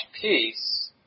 peace